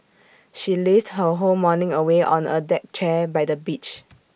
she lazed her whole morning away on A deck chair by the beach